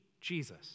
Jesus